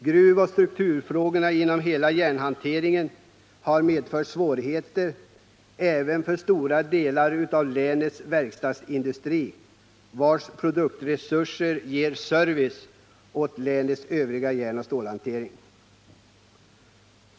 Gruvoch strukturfrågorna inom hela järnhanteringen har medfört svårigheter även för stora delar av länets verkstadsindustri, vars produktresurser ger service åt länets övriga järnoch stålhantering.